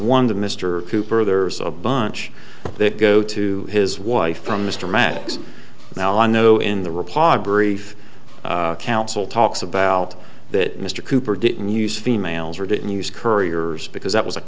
one to mr cooper there's a bunch that go to his wife from mr maddox now i know in the reply brief counsel talks about that mr cooper didn't use females or didn't use couriers because that was a